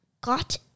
got